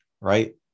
right